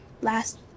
Last